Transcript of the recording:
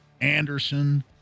Anderson